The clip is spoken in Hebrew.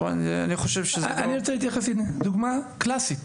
אני רוצה להתייחס, דוגמה קלאסית